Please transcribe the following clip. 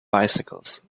bicycles